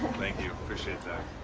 thank you. appreciate that.